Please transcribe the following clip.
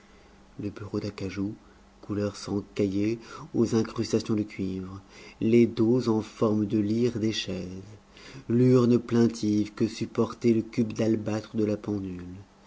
le bureau d'acajou couleur sang caillé aux incrustations de cuivre les dos en forme de lyres des chaises l'urne plaintive que supportait le cube d'albâtre de la pendule